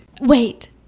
Wait